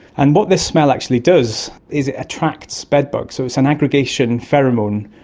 and what this smell actually does is it attracts bedbugs, so it's an aggregation pheromone,